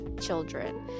children